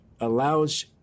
allows